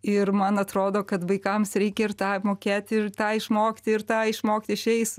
ir man atrodo kad vaikams reikia ir tą mokėti ir tą išmokti ir tą išmokti šiais